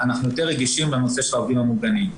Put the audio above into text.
אנחנו יותר רגישים לנושא של העובדים המוגנים.